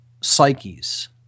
psyches